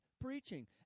preaching